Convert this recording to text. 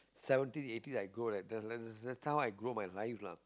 seventy eighties I grow that that that's how I grow my life lah